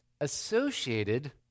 associated